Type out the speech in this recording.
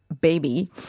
baby